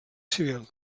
civil